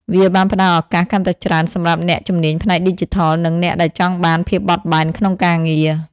វាបានផ្តល់ឱកាសកាន់តែច្រើនសម្រាប់អ្នកជំនាញផ្នែកឌីជីថល និងអ្នកដែលចង់បានភាពបត់បែនក្នុងការងារ។